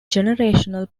generational